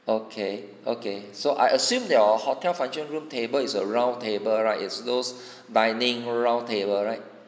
okay okay so I assume that all hotel function room table is a round table right it's those binding round table right